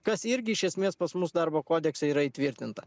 kas irgi iš esmės pas mus darbo kodekse yra įtvirtinta